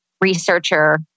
researcher